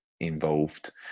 involved